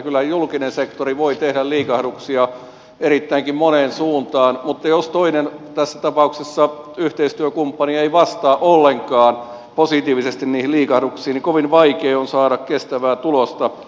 kyllä julkinen sektori voi tehdä liikahduksia erittäinkin moneen suuntaan mutta jos toinen tässä tapauksessa yhteistyökumppani ei vastaa ollenkaan positiivisesti niihin liikahduksiin niin kovin vaikea on saada kestävää tulosta